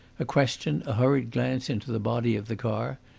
a question, a hurried glance into the body of the car,